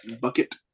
bucket